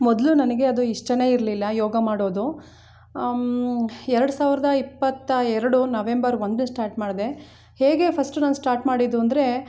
ಮೊದಲು ನನಗೆ ಅದು ಇಷ್ಟವೇ ಇರಲಿಲ್ಲ ಯೋಗ ಮಾಡೋದು ಎರ್ಡು ಸಾವಿರ್ದ ಇಪ್ಪತ್ತೆರಡು ನವೆಂಬರ್ ಒಂದಕ್ಕೆ ಸ್ಟಾರ್ಟ್ ಮಾಡಿದೆ ಹೇಗೆ ಫಸ್ಟು ನಾನು ಸ್ಟಾರ್ಟ್ ಮಾಡಿದ್ದು ಅಂದರೆ